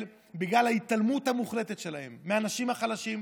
בגלל ההתעלמות המוחלטת שלהם מהאנשים החלשים,